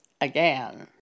again